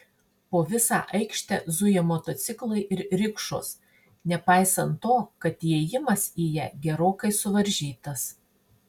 po visą aikštę zuja motociklai ir rikšos nepaisant to kad įėjimas į ją gerokai suvaržytas